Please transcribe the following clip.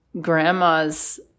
grandma's